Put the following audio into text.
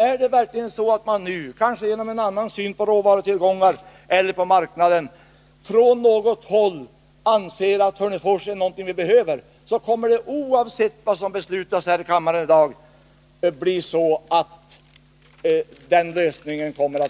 Är det verkligen så att man nu — kanske genom att man har en annan uppfattning om råvarutillgångarna eller om marknaden — från något håll anser att Hörnefors är någonting som vi behöver, så kommer den lösningen oavsett vad som beslutas här i kammaren i dag att